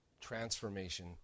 transformation